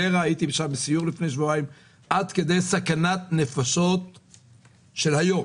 מדובר בסכנת נפשות מיידית.